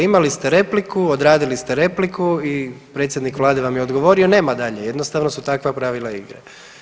Imali ste repliku, odradili ste repliku i predsjednik vlade vam je odgovorio i nema dalje, jednostavno su takva pravila igre.